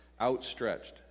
outstretched